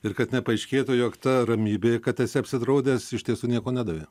ir kad nepaaiškėtų jog ta ramybė kad esi apsidraudęs iš tiesų nieko nedavė